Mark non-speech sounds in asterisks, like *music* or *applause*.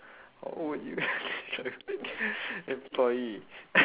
what would you *noise* descri~ employee *noise*